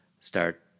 start